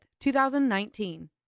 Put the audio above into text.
2019